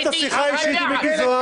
ניהלת שיחה אישית עם מיקי זוהר,